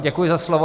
Děkuji za slovo.